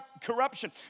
corruption